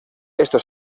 esto